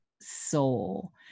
soul